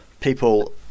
people